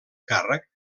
càrrec